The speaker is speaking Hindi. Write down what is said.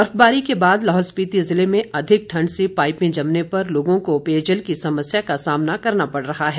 बर्फबारी के बाद लाहौल स्पिति ज़िले में अधिक ठंड से पाईपें जमने पर लोगों को पेयजल की समस्या का सामना करना पड़ रहा है